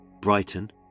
Brighton